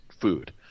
food